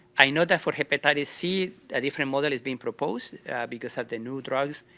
i know that for hepatitis c a different model is being proposed because of the new drugs,